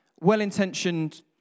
well-intentioned